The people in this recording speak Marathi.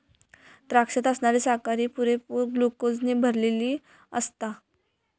द्राक्षात असणारी साखर ही पुरेपूर ग्लुकोजने भरलली आसता